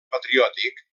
patriòtic